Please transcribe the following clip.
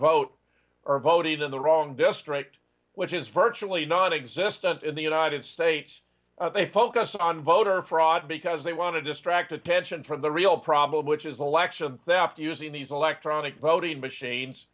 vote or voted in the wrong district which is virtually nonexistent in the united states they focus on voter fraud because they want to distract attention from the real problem which is election after using these electronic voting machines